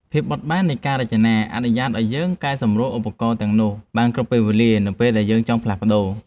ភាពបត់បែននៃការរចនាអនុញ្ញាតឱ្យយើងកែសម្រួលឧបករណ៍ទាំងនោះបានគ្រប់ពេលវេលានៅពេលដែលយើងចង់ផ្លាស់ប្តូរ។